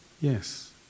Yes